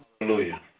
Hallelujah